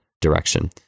direction